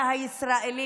הדמוקרטיה הישראלית.